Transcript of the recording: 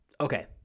Okay